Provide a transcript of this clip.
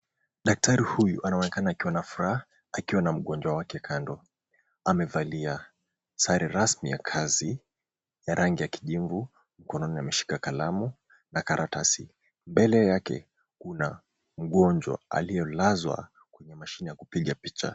Daktari huyu anaonekana akiwa na furaha akiwa na mgonjwa wake kando. Amevalia sare rasmi ya kazi ya rangi ya kijivu. Kuna mwenye ameshika kalamu na karatasi. Mbele yake kuna mgonjwa aliyelazwa kwa mashine ya kupiga picha.